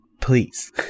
Please